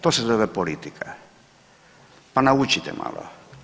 To se zove politika, pa naučite malo.